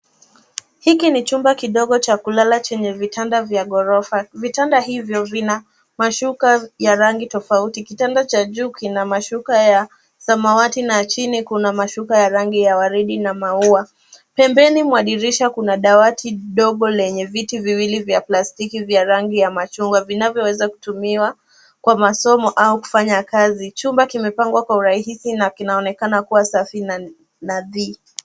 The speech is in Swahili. Hiki ni jumba kidogo cha kulala chenye vitanda vya ghorofa, vitanda ivyo vina mashuka vya rangi tafauti, kitanda cha juu kina mashuka ya zamawati na jini kuna mashuka ya rangi waride na maua, pembeni mwa dirisha kuna dawati ndogo lenye viti viwili vya plastiki vya rangi vya majungwa vinavyo weza kutumia kwa masomo au kufanya kazi, jumba kimepangwa kwa urahisi na kuna kuwa safi na nadhii.